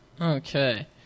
Okay